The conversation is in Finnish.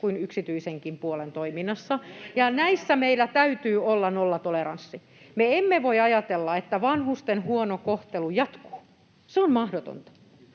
kuin yksityisenkin puolen toiminnassa, ja näissä meillä täytyy olla nollatoleranssi. Me emme voi ajatella, että vanhusten huono kohtelu jatkuu. Se on mahdotonta.